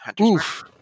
Oof